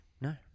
No